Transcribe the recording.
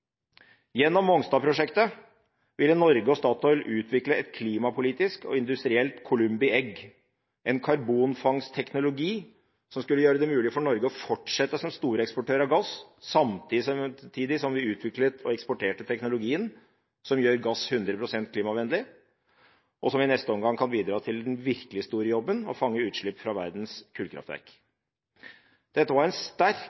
Gjennom Mongstad-prosjektet ville Norge og Statoil utvikle et klimapolitisk og industrielt columbi egg – en karbonfangstteknologi som skulle gjøre det mulig for Norge å fortsette som storeksportør av gass, samtidig som vi utviklet og eksporterte teknologien som gjør gass 100 pst. klimavennlig, og som i neste omgang kan bidra til den virkelig store jobben: å fange utslipp fra verdens kullkraftverk. Dette var en sterk